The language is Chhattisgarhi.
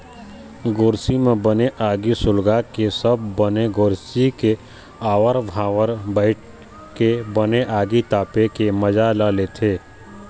गोरसी म बने आगी सुलगाके सब बने गोरसी के आवर भावर बइठ के बने आगी तापे के मजा ल लेथे